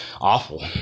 awful